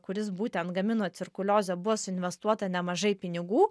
kuris būtent gamino cirkuliozę buvo suinvestuota nemažai pinigų